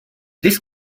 this